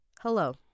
Hello